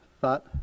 thought